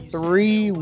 Three